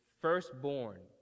firstborn